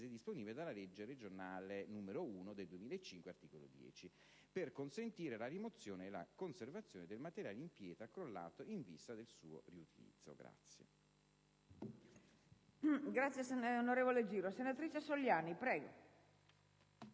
disponibili dalla legge regionale n. 1 del 2005, articolo 10), per consentire la rimozione e la conservazione del materiale in pietra crollato in vista del suo riutilizzo.